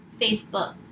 Facebook